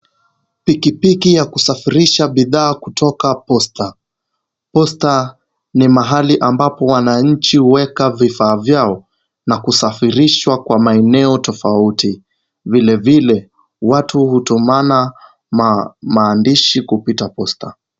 Pikipiki ya kusafirisha bidhaa kutoka posta. Posta ni mahali ambapo wananchi huweka vifaa vyao na kusafirishwa kwa maeneo tofauti. Vilevile watu hutumana maandishi kupita posta.